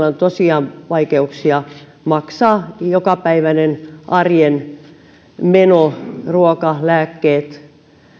on tosiaan vaikeuksia maksaa jokapäiväinen arjen meno ruoka lääkkeet